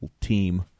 team